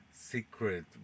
secret